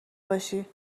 باشی